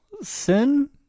Sin